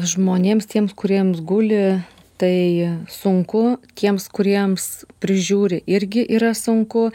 žmonėms tiems kuriems guli tai sunku tiems kuriems prižiūri irgi yra sunku